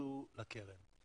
שייכנסו לקרן.